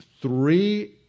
three